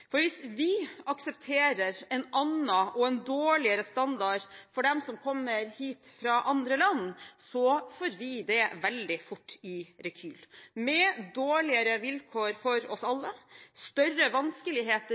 for hvis vi aksepterer en annen og dårligere standard for dem som kommer hit fra andre land, får vi det veldig fort i rekyl – med dårligere vilkår for oss alle og større vanskeligheter